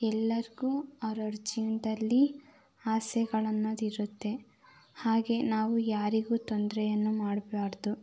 ಎಲ್ಲರಿಗೂ ಅವ್ರವ್ರ ಜೀವನದಲ್ಲಿ ಆಸೆಗಳನ್ನೋದು ಇರುತ್ತೆ ಹಾಗೆ ನಾವು ಯಾರಿಗೂ ತೊಂದರೆಯನ್ನು ಮಾಡಬಾರ್ದು